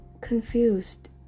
confused